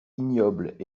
ignobles